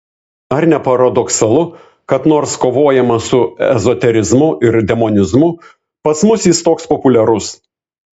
ar ne paradoksalu kad nors kovojama su ezoterizmu ir demonizmu pas mus jis toks populiarus